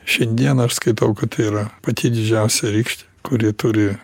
šiandieną aš skaitau kad tai yra pati didžiausia rykštė kuri turi